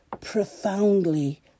profoundly